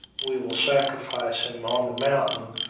we will sacrifice him on the mountain,